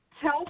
tell